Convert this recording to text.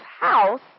house